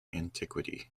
antiquity